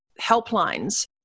helplines